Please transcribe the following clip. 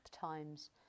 times